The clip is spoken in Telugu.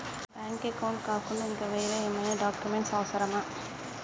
బ్యాంక్ అకౌంట్ కాకుండా ఇంకా వేరే ఏమైనా డాక్యుమెంట్స్ అవసరమా?